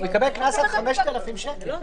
הוא יקבל קנס על 5,000 שקל.